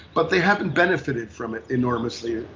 but they haven't benefited from it enormously.